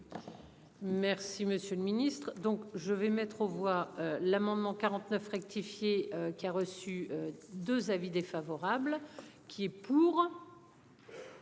Merci Monsieur le Ministre. Donc je vais mettre aux voix l'amendement 49 rectifié qui a reçu 2 avis défavorables. Qui est pour.